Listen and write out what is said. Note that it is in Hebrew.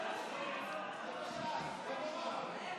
ההצעה להעביר את הצעת חוק-יסוד: משק המדינה